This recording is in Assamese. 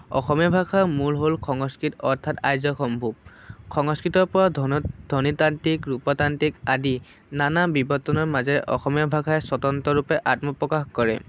অসমীয়া ভাষাৰ মূল হ'ল সংস্কৃত অৰ্থাৎ আৰ্যসম্ভূত সংস্কৃতৰ পৰা ধ্বন ধ্বনিতান্ত্ৰিক ৰূপতান্ত্ৰিক আদি নানা বিৱৰ্তনৰ মাজেৰে অসমীয়া ভাষাই স্বতন্ত্ৰৰূপে আত্মপ্ৰকাশ কৰে